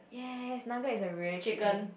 yes nugget is a really cute name